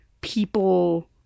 people